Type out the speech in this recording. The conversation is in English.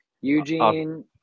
Eugene